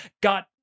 got